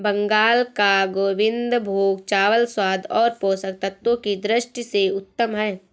बंगाल का गोविंदभोग चावल स्वाद और पोषक तत्वों की दृष्टि से उत्तम है